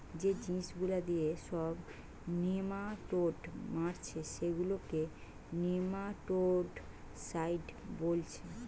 যে জিনিস গুলা দিয়ে সব নেমাটোড মারছে সেগুলাকে নেমাটোডসাইড বোলছে